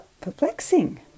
perplexing